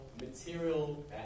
material